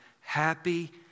happy